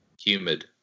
Humid